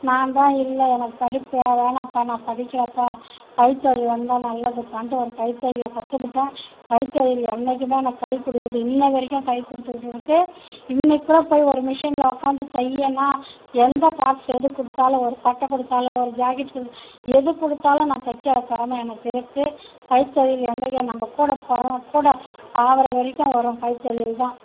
நான்தான் இல்லை எனக்கு படிப்பு வேணாம்ப்பா நான் படிக்கலைப்பா கைத்தொழில் இருந்தால் நல்லதுப்பான்ட்டு ஒரு கைத்தொழிலை கற்றுக்கிட்டன் கைத்தொழில் என்னைக்கும் எனக்கு கை கொடுக்குது இன்ன வரைக்கும் கை கொடுத்துகிட்டு இருக்கு இன்னைக்கு கூட போய் ஒரு மெஷினில் உட்காந்து தையுனா எந்த பார்ட்ஸ் எது கொடுத்தாலும் ஒரு சட்டை கொடுத்தாலோ ஒரு ஜாக்கெட் கொடு எது கொடுத்தாலும் நான் தைக்குற திறம எனக்கு இருக்கு கைத்தொழில் என்னைக்கும் நம்ம கூட நம்ம கூட சாகிற வரைக்கும் வரும் கைத்தொழில் தான்